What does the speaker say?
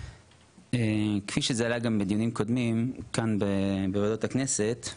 כפי שזה עלה בדיונים קודמים כאן בוועדות הכנסת,